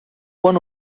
one